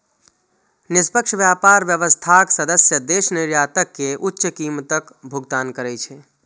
निष्पक्ष व्यापार व्यवस्थाक सदस्य देश निर्यातक कें उच्च कीमतक भुगतान करै छै